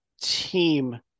team